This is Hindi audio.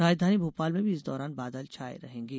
राजधानी भोपाल में भी इस दौरान बादल छाए रहेंगे